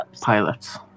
pilots